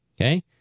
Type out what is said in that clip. Okay